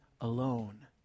alone